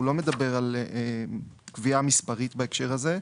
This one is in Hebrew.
הוא לא מדבר על קביעה מספרית בהקשר הזה.